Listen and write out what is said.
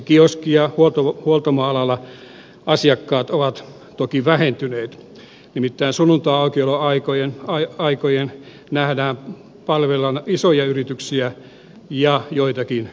kioski ja huoltamoalalla asiakkaat ovat toki vähentyneet nimittäin sunnuntaiaukioloaikojen nähdään palvelevan isoja yrityksiä ja erityisesti joitakin kuluttajaryhmiä